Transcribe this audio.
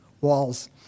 walls